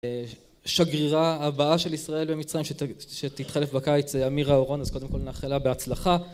שגרירה הבאה של ישראל במצרים שתתחלף בקיץ זה אמירה אורון אז קודם כל נאחל לה בהצלחה